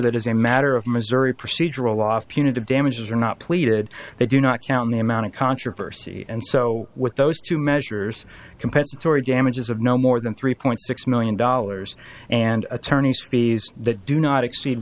that as a matter of missouri procedural off punitive damages are not pleaded they do not count in the amount of controversy and so with those two measures compensatory damages of no more than three point six million dollars and attorneys fees that do not exceed